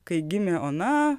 kai gimė ona